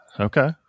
Okay